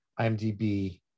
IMDb